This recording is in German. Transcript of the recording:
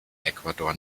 ecuador